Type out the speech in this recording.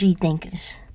thinkers